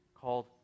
called